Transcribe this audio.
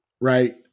right